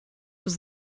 was